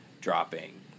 dropping